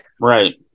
Right